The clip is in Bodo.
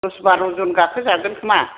दस बार'जन गाखो जागोनखोमा